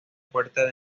puerta